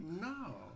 No